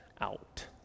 out